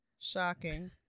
Shocking